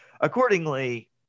accordingly